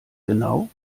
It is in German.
genau